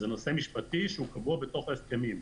זה נושא משפטי שהוא קבוע בתוך ההסכמים.